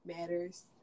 matters